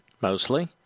Mostly